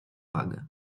wagę